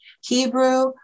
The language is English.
Hebrew